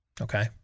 okay